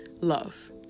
Love